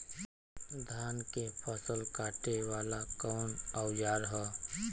धान के फसल कांटे वाला कवन औजार ह?